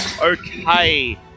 Okay